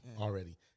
Already